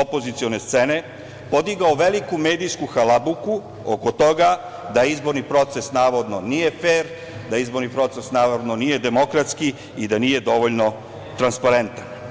opozicione scene podigao veliku medijsku halabuku oko toga da izborni proces navodno nije fer, da izborni proces naravno nije demokratski i da nije dovoljno transparentan.